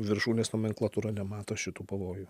viršūnės nomenklatūra nemato šitų pavojų